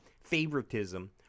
favoritism